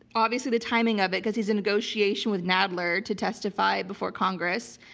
obviously the timing of it, because he's in negotiation with nadler to testify before congress,